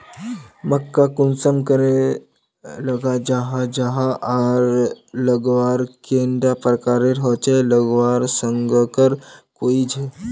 मक्का कुंसम करे लगा जाहा जाहा आर लगवार कैडा प्रकारेर होचे लगवार संगकर की झे?